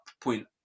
point